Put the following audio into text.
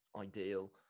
ideal